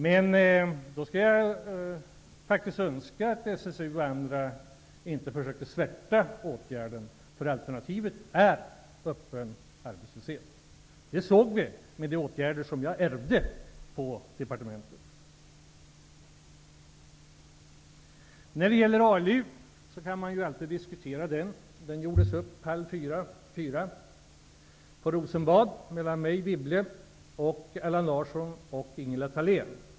Men då önskar jag att SSU och andra inte försökte svärta ner åtgärderna, för alternativet är öppen arbetslöshet. Det såg vi, med de åtgärder som jag ärvde på departementet. ALU kan man ju alltid diskutera. Den gjordes upp halv fyra till fyra på Rosenbad mellan mig, Anne Wibble, Allan Larsson och Ingela Thalén.